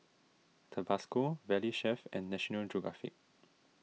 Tabasco Valley Chef and National Geographic